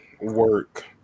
Work